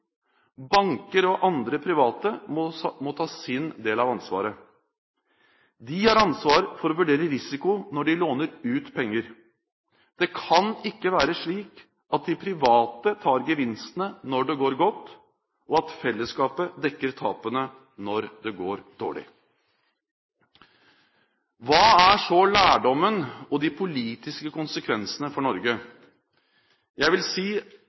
Banker og andre private må ta sin del av ansvaret. De har ansvar for å vurdere risiko når de låner ut penger. Det kan ikke være slik at de private tar gevinstene når det går godt, og at fellesskapet dekker tapene når det går dårlig. Hva er så lærdommen og de politiske konsekvensene for Norge? Jeg vil si